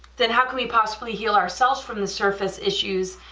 then how can we possibly heal ourselves from the surface issues,